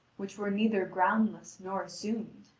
which were neither groundless nor assumed.